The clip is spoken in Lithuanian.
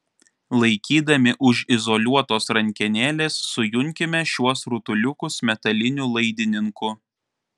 laikydami už izoliuotos rankenėlės sujunkime šiuos rutuliukus metaliniu laidininku